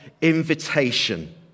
invitation